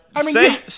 say